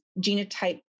genotype